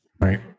Right